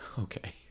Okay